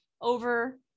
over